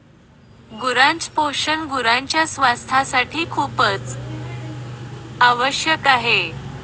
गुरांच पोषण गुरांच्या स्वास्थासाठी खूपच आवश्यक आहे